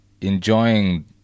enjoying